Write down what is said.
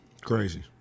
Crazy